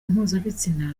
mpuzabitsina